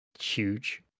huge